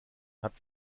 hat